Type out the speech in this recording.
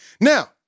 Now